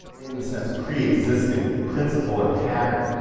in a sense, pre-existing principle or pattern.